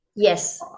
yes